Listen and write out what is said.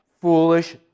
foolish